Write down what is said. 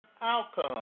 outcome